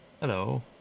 Hello